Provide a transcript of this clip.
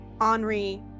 Henri